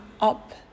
up